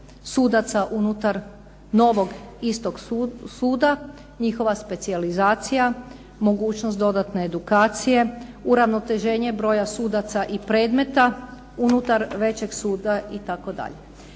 sudaca unutar novog istog suda, njihova specijalizacija, mogućnost dodatne edukacije, uravnoteženje broja sudaca i predmeta unutar većeg suda itd.